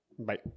Bye